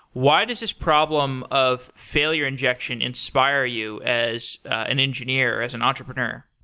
why does this problem of failure injection inspire you as an engineer, as an entrepreneur?